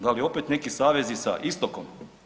Da li opet neki savezi sa istokom?